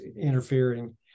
interfering